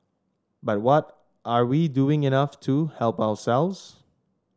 but what are we doing enough to help ourselves